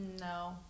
No